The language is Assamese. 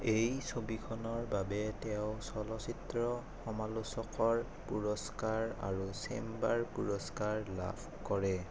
এই ছবিখনৰ বাবে তেওঁ চলচ্চিত্ৰ সমালোচকৰ পুৰস্কাৰ আৰু চেম্বাৰ পুৰস্কাৰ লাভ কৰে